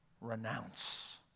renounce